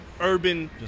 urban